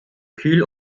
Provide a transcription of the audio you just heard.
kühl